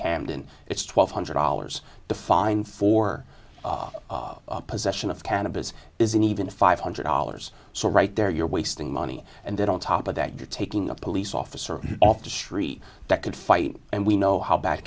camden it's twelve hundred dollars the fine for possession of cannabis isn't even a five hundred dollars so right there you're wasting money and then on top of that you're taking a police officer off the street that could fight and we know how bad